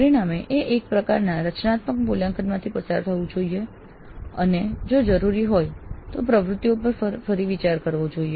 પરિણામ એ એક પ્રકારના રચનાત્મક મૂલ્યાંકનમાંથી પસાર થવું જોઈએ અને જો જરૂરી હોય તો પ્રવૃત્તિઓ પર ફરી વિચાર કરવો જોઈએ